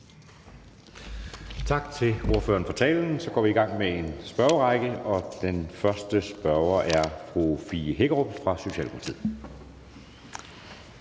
Tak til ordføreren for talen. Så går vi i gang med en spørgerække, og den første spørger er fru Fie Hækkerup fra Socialdemokratiet.